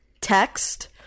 text